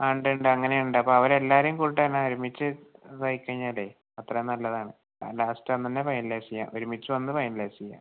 ആ ഉണ്ട് ഉണ്ട് അങ്ങനെയും ഉണ്ട് അപ്പം അവരെല്ലാവരെയും കൂട്ടി വന്നാൽ ഒരുമിച്ച് ഇതായി കഴിഞ്ഞാലെ അത്രയും നല്ലതാണ് ആ ലാസ്റ്റ് അന്ന് തന്നെ ഫൈനലൈസ് ചെയ്യാം ഒരുമിച്ച് വന്ന് ഫൈനലൈസ് ചെയ്യാം